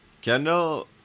Kendall